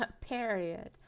Period